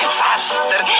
faster